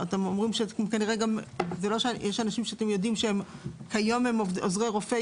אתם אומרים שיש אנשים שאתם יודעים שהיום הם עוזרי רופא,